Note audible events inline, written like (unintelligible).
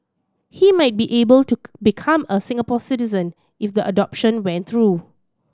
he might be able to (unintelligible) become a Singapore citizen if the adoption went through